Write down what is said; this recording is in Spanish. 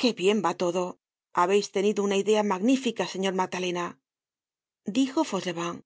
qué bien va todo habeis tenido una idea magnífica señor magdalena dijo fauchelevent